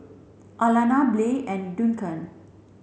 Alana Blair and Duncan